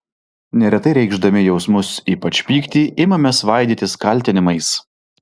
neretai reikšdami jausmus ypač pyktį imame svaidytis kaltinimais